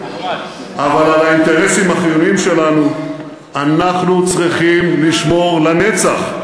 אבל על האינטרסים החיוניים שלנו אנחנו צריכים לשמור לנצח.